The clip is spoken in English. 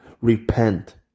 Repent